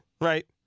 right